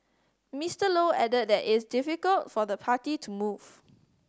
Mister Low added that is difficult for the party to move